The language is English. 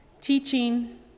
teaching